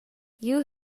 you